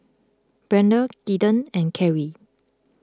Brendan Kaeden and Carry